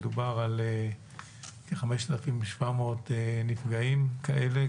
מדובר על כ-5,700 נפגעים כאלה,